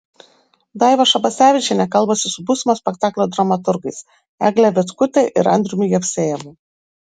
daiva šabasevičienė kalbasi su būsimo spektaklio dramaturgais egle vitkute ir andriumi jevsejevu